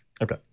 okay